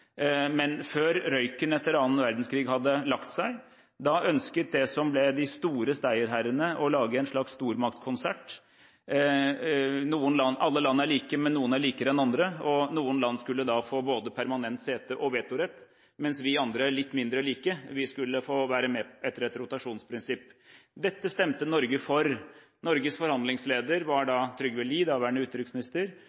før røyken etter annen verdenskrig hadde lagt seg. Da ønsket de som ble de store seierherrene å lage en slags stormaktkonsert: Alle land er like, men noen land er likere enn andre. Noen land skulle da få både permanent sete og vetorett, mens vi andre litt mindre like skulle få være med etter et rotasjonsprinsipp. Dette stemte Norge for. Norges forhandlingsleder var